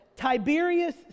Tiberius